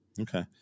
okay